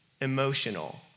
emotional